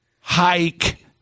hike